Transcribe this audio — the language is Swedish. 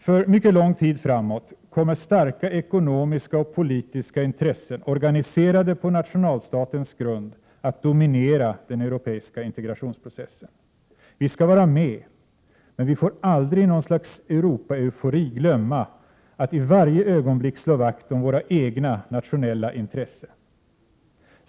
För mycket lång tid framåt kommer starka ekonomiska och politiska intressen, organiserade på nationalstatens grund, att dominera den europeiska integrationsprocessen. Vi skall vara med, men vi får aldrig i något slags Europa-eufori glömma att i varje ögonblick slå vakt om våra egna nationella intressen.